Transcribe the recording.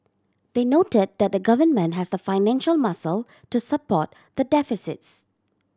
they noted that the Government has the financial muscle to support the deficits